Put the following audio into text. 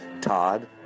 Todd